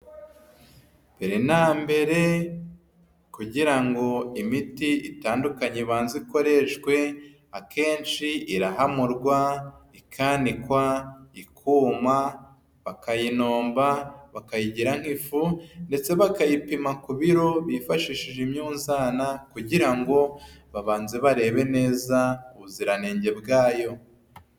Mbere na mbere kugira ngo imiti itandukanye ibanze ikoreshwe akenshi irahamurwa, ikanikwa, ikuma, bakayinomba, bakayigira nk'ifu ndetse bakayipima ku biro bifashishije imyuzana kugira ngo babanze barebe neza ubuziranenge bwayo.